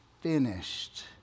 finished